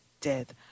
death